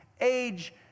Age